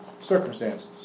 circumstances